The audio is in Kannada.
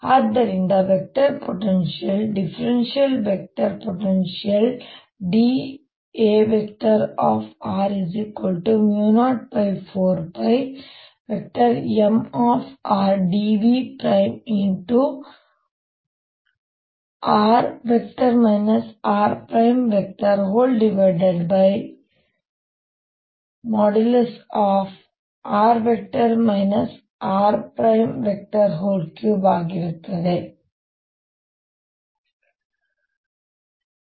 ಆದ್ದರಿಂದ vector potential differential vector potential dAr 04πMrdV×r rr r3 ಆಗಿರುತ್ತದೆ ಅಲ್ಲಿ Ar04πMr×r rr r3dV